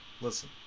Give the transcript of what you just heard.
Listen